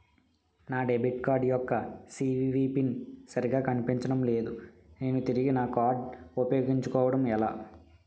నా debit card యెక్క CVV PIN సరిగా కనిపించడం లేదు నేను తిరిగి నా కార్డ్ఉ పయోగించుకోవడం ఎలా?